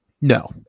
No